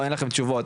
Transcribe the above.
או אין לכם תשובות.